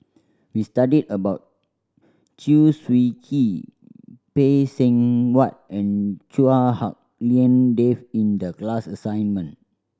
we studied about Chew Swee Kee Phay Seng Whatt and Chua Hak Lien Dave in the class assignment